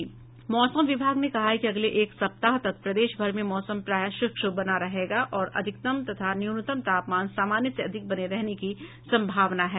मौसम विभाग ने कहा है कि अगले एक सप्ताह तक प्रदेश भर में मौसम प्रायः शुष्क बना रहेगा और अधिकतम तथा न्यूनतम तापमान सामान्य से अधिक बने रहने की सम्भावना है